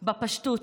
בפשטות,